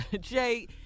Jay